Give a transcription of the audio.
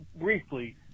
briefly